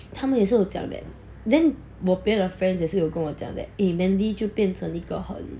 他们也是有讲 that then 我别的 friends 也是有讲 that mandy 就变成一个很